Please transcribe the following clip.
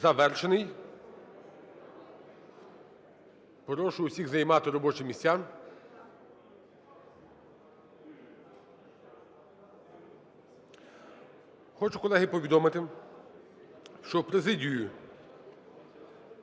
завершений. Прошу всіх займати робочі місця. Хочу, колеги, повідомити, що в президію